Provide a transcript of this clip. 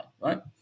right